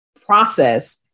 process